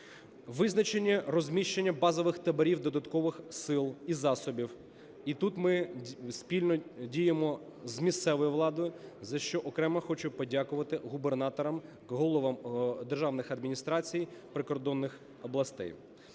Визначені розміщення базових таборів додаткових сил і засобів. І тут ми спільно діємо з місцевою владою, за що окремо хочу подякувати губернаторам, головам державних адміністрацій прикордонних областей.